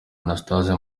anastase